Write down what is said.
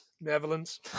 Netherlands